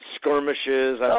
Skirmishes